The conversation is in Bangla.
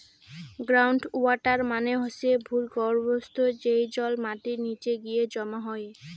গ্রাউন্ড ওয়াটার মানে হসে ভূর্গভস্থ, যেই জল মাটির নিচে গিয়ে জমা হই